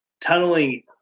tunneling